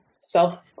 self